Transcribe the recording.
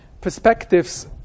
perspectives